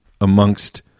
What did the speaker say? amongst